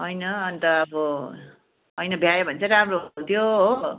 होइन अन्त अब होइन भ्यायो भने चाहिँ राम्रो हुन्थ्यो हो